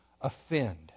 offend